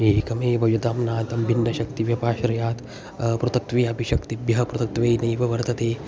एकमेव यदाम्नातं भिन्नं शक्तिव्यपाश्रयात् अपृथक्त्वेऽपि शक्तिभ्यः पृथक्त्वेनेव वर्तते